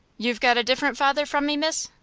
you've got a different father from me, miss?